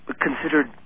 considered